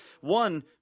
One